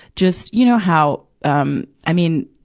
just, you know how, um, i mean,